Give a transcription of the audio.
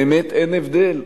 באמת אין הבדל.